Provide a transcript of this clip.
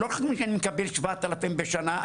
שאני מקבל 7,000 בשנה,